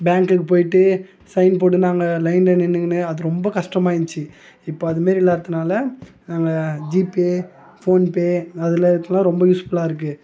பேங்குக்கு போயிவிட்டு சைன் போட்டு நாங்கள் லைனில் நின்றுகின்னு அது ரொம்ப கஸ்டமாக இருந்துச்சு இப்போ அதுமாரி இல்லாததுனால நாங்கள் ஜிபே ஃபோன் பே அதெலாம் இருக்கனால ரொம்ப யூஸ்ஃபுல்லாக இருக்கு